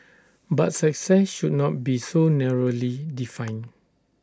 but success should not be so narrowly defined